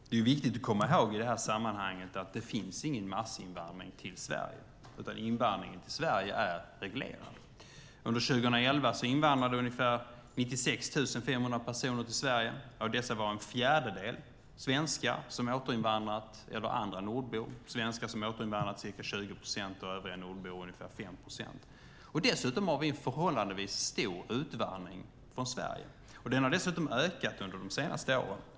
Fru talman! Det är viktigt att i det här sammanhanget komma ihåg att det inte finns någon massinvandring till Sverige. Invandringen till Sverige är reglerad. Under 2011 invandrade ungefär 96 500 personer till Sverige. Av dessa var en fjärdedel svenskar som återinvandrat eller andra nordbor. Svenskar som återinvandrat var ca 20 procent och övriga nordbor ungefär 5 procent. Dessutom har vi förhållandevis stor utvandring från Sverige. Den har också ökat de senaste åren.